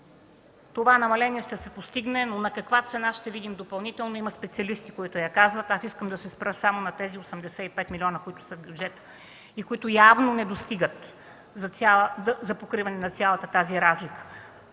Това намаление ще се постигне, но на каква цена – ще видим допълнително. Има специалисти, които я казват. Искам да се спра само на тези 85 млн. лв., които са в бюджета и които явно не достигат за покриване на цялата тази разлика.